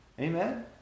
Amen